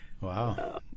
Wow